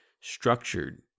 structured